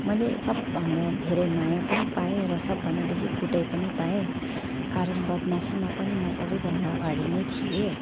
मैले सबभन्दा धेरै माया पनि पाएँ र सबभन्दा बेसी कुटाई पनि पाएँ कारण बदमासीमा पनि म सबैभन्दा अगाडि नै थिएँ